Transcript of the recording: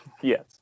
Yes